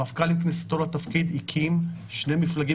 המפכ"ל עם כניסתו לתפקיד הקים שני מפלגים